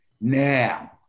Now